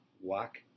walk